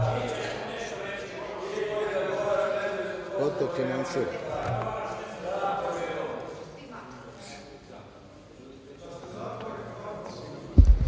Hvala vam.